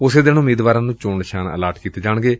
ਉਸੇ ਦਿਨ ਉਮੀਦਵਾਰਾਂ ਨੂੰ ਚੋਣ ਨਿਸ਼ਾਨ ਵੀ ਅਲਾਟ ਕੀਤੇ ਜਾਣਗੇ